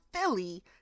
philly